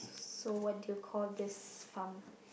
so what do you call this farm